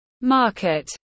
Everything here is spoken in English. market